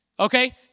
Okay